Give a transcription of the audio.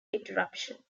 interruption